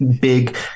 Big